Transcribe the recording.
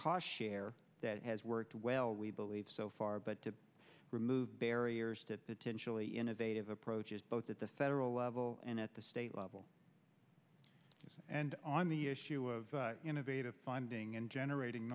cost share that has worked well we believe so far but to remove barriers to potentially innovative approaches both at the federal level and at the state level and on the issue of innovative finding and generating